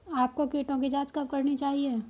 आपको कीटों की जांच कब करनी चाहिए?